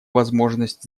возможность